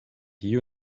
you